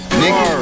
nigga